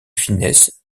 finesse